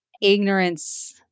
ignorance